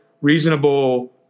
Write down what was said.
reasonable